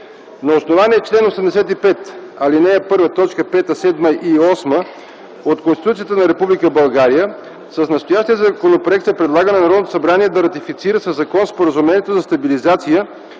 На основание чл. 85, ал. 1, т. 5, 7 и 8 от Конституцията на Република България с настоящия законопроект се предлага на Народното събрание да ратифицира със закон Споразумението за стабилизация